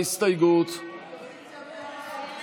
ההסתייגות (28) של קבוצת סיעת מרצ,